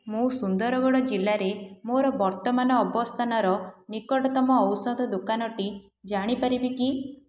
ମୁଁ ସୁନ୍ଦରଗଡ଼ ଜିଲ୍ଲାରେ ମୋର ବର୍ତ୍ତମାନ ଅବସ୍ଥାନର ନିକଟତମ ଔଷଧ ଦୋକାନଟି ଜାଣିପାରିବି କି